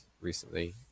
recently